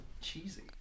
Cheesy